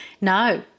No